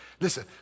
listen